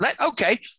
okay